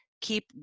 keep